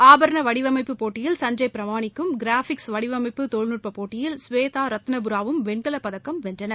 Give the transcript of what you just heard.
ஆபரண வடிவமைப்பு போட்டியில் சஞ்சய் பிரமானிக்கும் கிராபிக்ஸ் வடிவமைப்பு தொழில்நுட்பப் போட்டியில் ஸ்வேதா ரத்தன்புராவும் வெண்கல பதக்கம் வென்றனர்